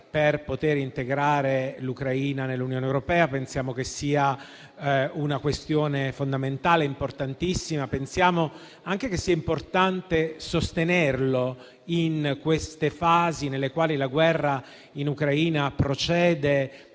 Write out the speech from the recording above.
per poter integrare l'Ucraina nell'Unione europea. Pensiamo che sia una questione fondamentale, importantissima. Pensiamo anche che sia importante sostenerlo in queste fasi, nelle quali la guerra in Ucraina procede